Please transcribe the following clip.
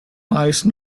ice